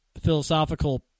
philosophical